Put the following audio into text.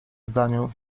zdaniu